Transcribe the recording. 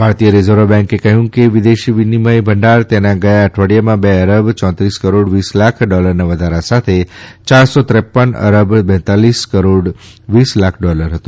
ભારતીય રીઝર્વ બેન્કે કહ્યું કે વિદેશી વિનિમય ભંડાર તેના ગયા અઠવાડિયામાં બે અરબ યૌત્રીસ કરોડ વીસ લાખ ડોલરના વધારા સાથે યાર સો ત્રે ન અરબ બેતાલીસ કરોડ વીસ લાખ ડોલર હતો